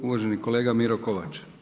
Uvaženi kolega Miro Kovač.